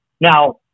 Now